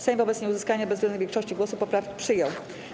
Sejm wobec nieuzyskania bezwzględnej większości głosów poprawki przyjął.